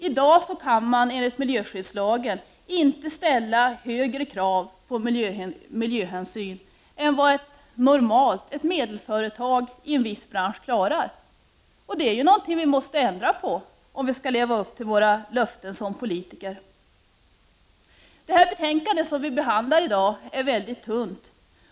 I dag går det inte enligt miljöskyddslagen att ställa högre krav på miljöhänsyn än vad ett medelstort företag i en viss bransch klarar. Det är något vi måste ändra på om vi skall leva upp till våra löften som politiker. Det betänkande som vi behandlar i dag är mycket tunt.